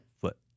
foot